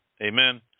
Amen